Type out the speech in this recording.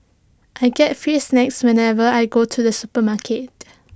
I get free snacks whenever I go to the supermarket